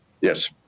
yes